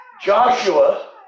Joshua